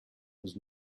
was